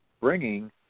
bringing